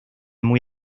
muy